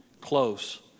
Close